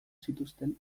zituzten